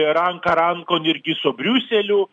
ranka rankon irgi su briuseliu